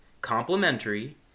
complementary